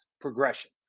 progression